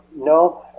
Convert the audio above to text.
no